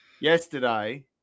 yesterday